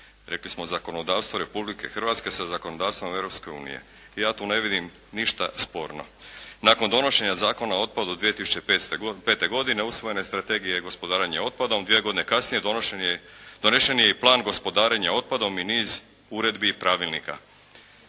rekli smo zakonodavstvo Republike Hrvatske sa zakonodavstvom Europske unije i ja tu ne vidim ništa sporno. Nakon donošenja Zakona o otpadu 2005. godine usvojena je i Strategija gospodarenja otpadom. Dvije godine kasnije donesen je i Plan gospodarenja otpadom i niz uredbi i pravilnika.